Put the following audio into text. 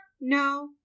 No